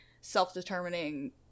self-determining